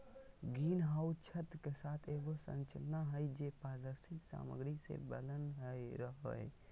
green house छत के साथ एगो संरचना हइ, जे पारदर्शी सामग्री से बनल रहो हइ